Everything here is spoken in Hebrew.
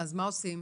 מה עושים?